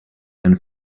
and